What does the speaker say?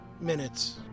minutes